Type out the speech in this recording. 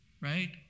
right